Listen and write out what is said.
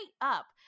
up